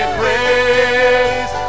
praise